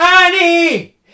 Annie